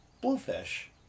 Bluefish